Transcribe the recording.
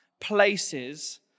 places